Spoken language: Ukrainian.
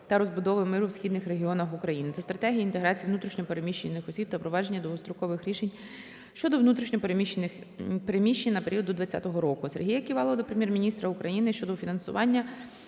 та розбудови миру в східних регіонах України" та "Стратегії інтеграції внутрішньо переміщених осіб та впровадження довгострокових рішень щодо внутрішнього переміщення на період до 2020 року". Сергія Ківалова до Прем'єр-міністра України щодо фінансування